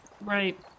Right